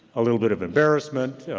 a little bit of embarrassment,